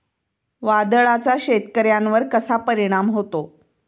वादळाचा शेतकऱ्यांवर कसा परिणाम होतो?